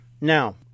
Now